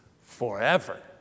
forever